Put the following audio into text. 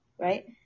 right